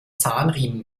zahnriemen